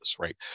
right